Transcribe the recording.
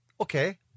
Okay